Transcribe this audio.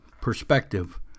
Perspective